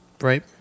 right